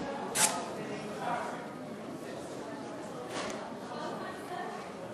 התשע"ה 2015,